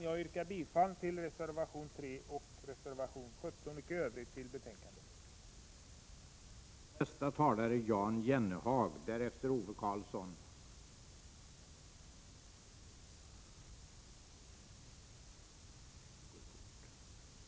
Jag yrkar bifall till reservation 3 och reservation 17 och i övrigt till utskottets hemställan.